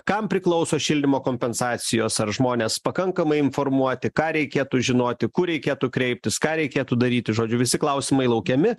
kam priklauso šildymo kompensacijos ar žmonės pakankamai informuoti ką reikėtų žinoti kur reikėtų kreiptis ką reikėtų daryti žodžiu visi klausimai laukiami